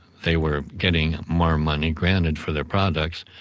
they were getting more money granted for their products,